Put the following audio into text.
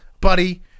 Buddy